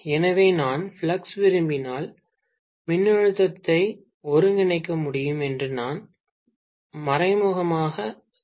எனவே நான் ஃப்ளக்ஸ் விரும்பினால் மின்னழுத்தத்தை ஒருங்கிணைக்க முடியும் என்று நான் மறைமுகமாக சொல்ல முடியும்